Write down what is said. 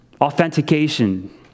Authentication